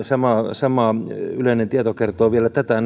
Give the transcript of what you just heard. sama yleinen tieto kertoo vielä tätä